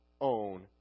own